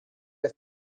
beth